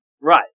right